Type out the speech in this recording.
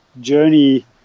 journey